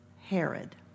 Herod